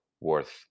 worth